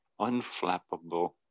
unflappable